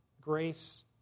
grace